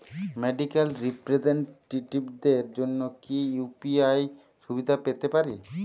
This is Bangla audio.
মেডিক্যাল রিপ্রেজন্টেটিভদের জন্য কি ইউ.পি.আই সুবিধা পেতে পারে?